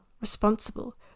responsible